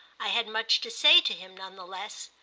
i had much to say to him, none the less,